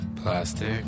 Plastic